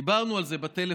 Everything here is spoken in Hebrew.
דיברנו על זה בטלפון.